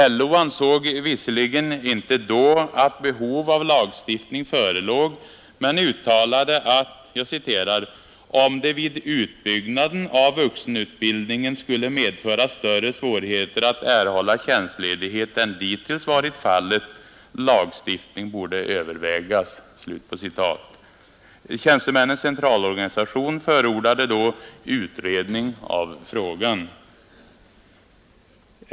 LO ansåg visserligen inte då att behov av lagstiftning förelåg men uttalade att ”om det vid utbyggnaden av vuxenutbildningen skulle medföra större svårigheter att erhålla tjänstledighet än dittills varit fallet, lagstiftning borde övervägas”. Tjänstemännens centralorganisation förordade utredning av frågan.